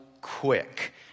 quick